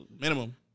minimum